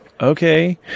Okay